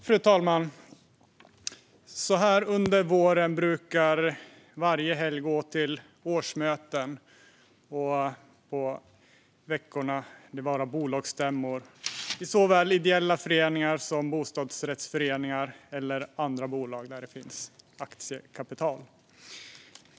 Fru talman! Under våren brukar varje helg användas för årsmöten och vardagarna för bolagsstämmor i såväl ideella föreningar som bostadsrättsföreningar eller andra bolag där det finns aktiekapital.